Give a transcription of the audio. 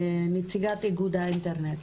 נציגת איגוד האינטרנט.